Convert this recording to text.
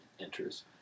enters